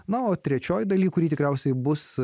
na o trečioje dalyje kuri tikriausiai bus